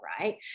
right